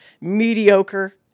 mediocre